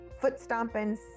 foot-stomping